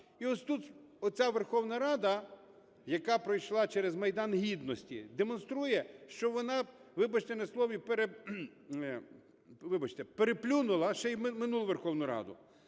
І ось тут оця Верховна Рада, яка пройшла через Майдан Гідності, демонструє, що вона, вибачте на слові, переплюнула ще й минулу Верховну Раду.